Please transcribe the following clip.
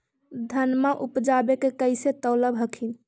धनमा उपजाके कैसे तौलब हखिन?